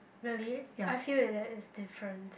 really I feel that it's different